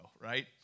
right